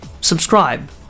subscribe